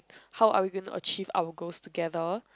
how are we going to achieve our goals together